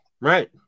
Right